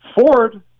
Ford